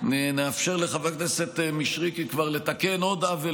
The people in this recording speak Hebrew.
נאפשר לחבר הכנסת מישרקי לתקן עוד עוול